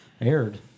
aired